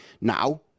now